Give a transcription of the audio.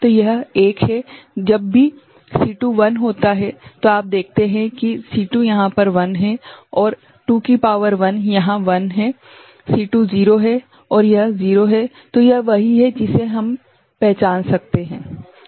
तो यह 1 है जब भी C2 1 होता है तो आप देखते हैं कि C2 यहाँ पर 1 है और 2 की शक्ति 1 यहाँ 1 हैं C2 0 है और यह 0 है तो यह वही है जिसे हम पहचान सकते हैं है ना